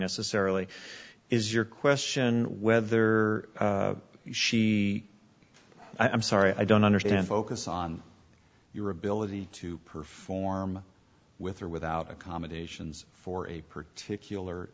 necessarily is your question whether she i'm sorry i don't understand focus on your ability to perform with or without accommodations for a particular